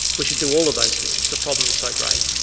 we should do all of those things the problem is so great.